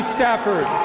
Stafford